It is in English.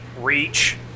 Reach